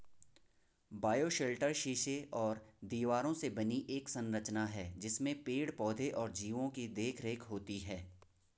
bioshelter शीशे और दीवारों से बनी एक संरचना है जिसमें पेड़ पौधे और जीवो की देखरेख होती है